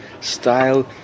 style